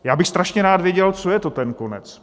Já bych strašně rád věděl, co je to ten konec?